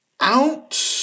out